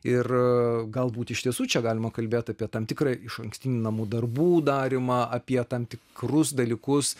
ir galbūt iš tiesų čia galima kalbėt apie tam tikrą išankstinį namų darbų darymą apie tam tikrus dalykus